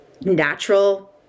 natural